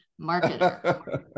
Marketer